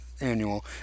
Annual